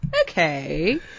Okay